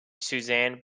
suzanne